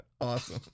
Awesome